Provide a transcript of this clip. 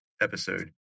episode